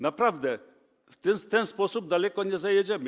Naprawdę w ten sposób daleko nie zajedziemy.